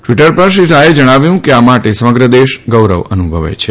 Twitter પર શ્રી શાહે જણાવ્યું કે આ માટે સમગ્ર દેશ ગૌરવ અનુભવે છે